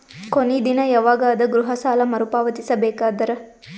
ಕೊನಿ ದಿನ ಯವಾಗ ಅದ ಗೃಹ ಸಾಲ ಮರು ಪಾವತಿಸಬೇಕಾದರ?